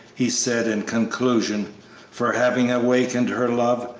he said, in conclusion for having awakened her love,